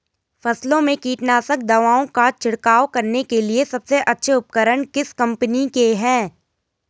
फसलों में कीटनाशक दवाओं का छिड़काव करने के लिए सबसे अच्छे उपकरण किस कंपनी के हैं?